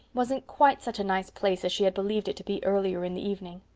wasn't quite such a nice place as she had believed it to be earlier in the evening.